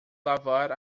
lavar